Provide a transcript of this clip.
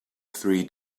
three